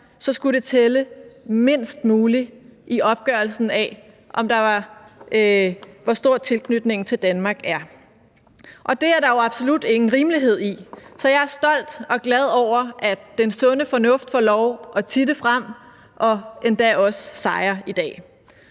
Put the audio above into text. sig, skulle det tælle mindst muligt i opgørelsen af, hvor stor tilknytningen til Danmark var. Det er der jo absolut ingen rimelighed i, så jeg er stolt af og glad for, at den sunde fornuft får lov at titte frem og endda også sejre i dag.